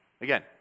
Again